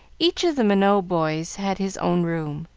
each of the minot boys had his own room,